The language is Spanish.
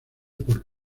por